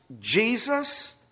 Jesus